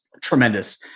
tremendous